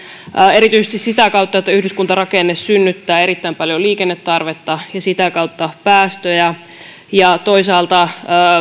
erityisesti sitä kautta että yhdyskuntarakenne synnyttää erittäin paljon liikennetarvetta ja sitä kautta päästöjä ja toisaalta